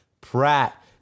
Pratt